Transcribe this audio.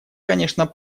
конечно